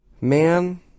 Man